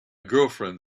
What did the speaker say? girlfriend